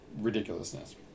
ridiculousness